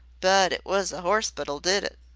but it was the orspitle did it.